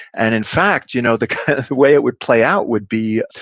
and in fact, you know the way it would play out would be,